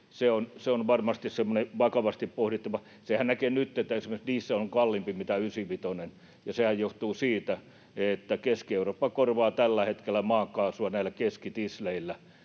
se on varmasti semmoinen vakavasti pohdittava. Senhän näkee nyt, että esimerkiksi diesel on kalliimpi kuin ysivitonen, ja sehän johtuu siitä, että Keski-Eurooppa korvaa tällä hetkellä maakaasua näillä keskitisleillä,